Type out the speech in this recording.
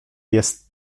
jest